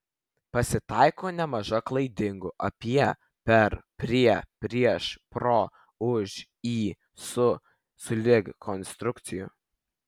pasitaiko nemaža klaidingų apie per prie prieš pro už į su sulig konstrukcijų